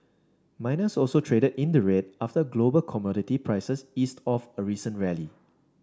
miners also traded in the red after global commodity prices eased off a recent rally